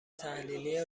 تحلیلی